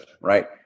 right